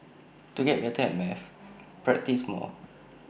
to get better at maths practise more